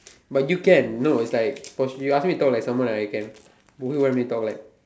but you can no it's like you ask me talk like someone I can who you want me talk like